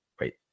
Wait